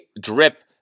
drip